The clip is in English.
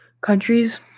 countries